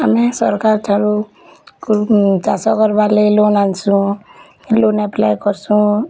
ଆମେ ସରକାର୍ ଠାରୁ କୁ ଚାଷ୍ କରବାର୍ ଲାଗି ଲୋନ୍ ଆନ୍ସୁଁ ଲୋନ୍ ଆପ୍ଲାଏ କରସୁଁ